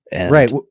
Right